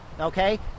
okay